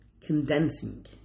condensing